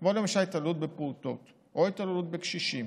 כמו למשל התעללות בפעוטות או התעללות בקשישים